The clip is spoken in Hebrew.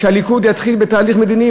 כשהליכוד יתחיל בתהליך מדיני,